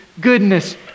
goodness